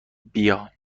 بیا